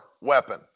weapon